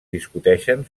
discuteixen